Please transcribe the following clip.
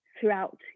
throughout